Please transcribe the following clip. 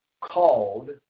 called